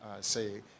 say